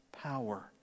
power